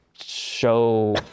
show